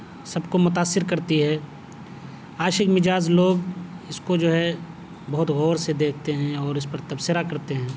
سب کو متأثر کرتی ہے عاشق مزاج لوگ اس کو جو ہے بہت غور سے دیکھتے ہیں اور اس پر تبصرہ کرتے ہیں